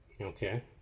Okay